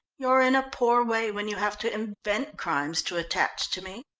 you're in a poor way when you have to invent crimes to attach to me.